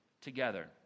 together